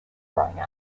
growing